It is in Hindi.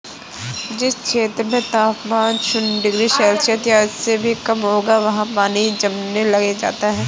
जिस क्षेत्र में तापमान शून्य डिग्री सेल्सियस या इससे भी कम होगा वहाँ पानी जमने लग जाता है